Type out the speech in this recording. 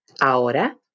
Ahora